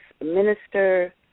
minister